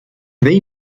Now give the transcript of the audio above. they